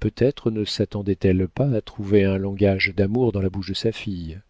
peut-être ne sattendait elle pas à trouver un langage d'amour dans la bouche de sa fille